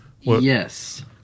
yes